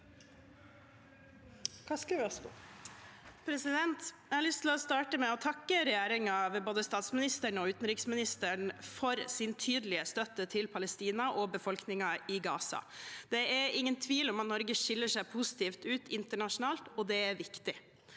Jeg har lyst til å starte med å takke regjeringen ved både statsministeren og utenriksministeren for sin tydelige støtte til Palestina og befolkningen i Gaza. Det er ingen tvil om at Norge skiller seg positivt ut internasjonalt, og det er viktig.